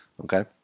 Okay